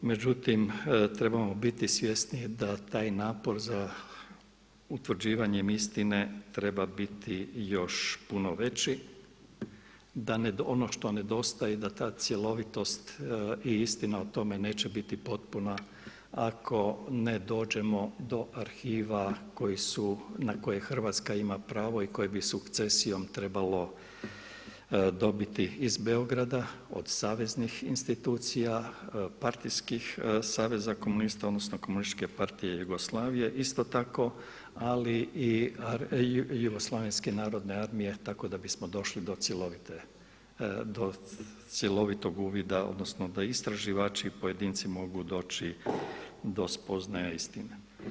Međutim, trebamo biti svjesni da taj napor za utvrđivanjem istine treba biti još puno veći, da ono što nedostaje, da ta cjelovitost i istina o tome neće biti potpuna ako ne dođemo do arhiva na koje Hrvatska ima pravo i koje bi sukcesijom trebalo dobiti iz Beograda od saveznih institucija, partijskih saziva komunista, odnosno komunističke partije Jugoslavije isto tako ali i JNA tako da bismo došli do cjelovitog uvida, odnosno da istraživači i pojedinci mogu doći do spoznaja i istine.